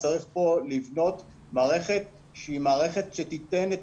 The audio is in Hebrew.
צריך כאן לבנות מערכת שהיא מערכת שתיתן את